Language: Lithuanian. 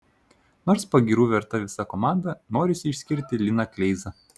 nors pagyrų verta visa komanda norisi išskirti liną kleizą